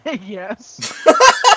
Yes